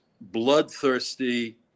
bloodthirsty